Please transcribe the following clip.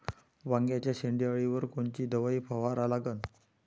वांग्याच्या शेंडी अळीवर कोनची दवाई फवारा लागन?